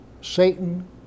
Satan